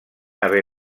haver